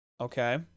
Okay